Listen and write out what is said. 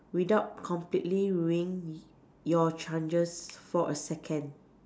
without completely ruining y~ your chances for a second